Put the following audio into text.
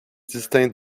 distinct